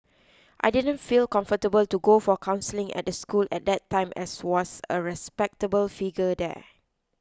I didn't feel comfortable to go for counselling at the school at that time as was a respectable figure there